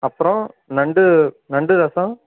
அப்புறம் நண்டு நண்டு ரசம்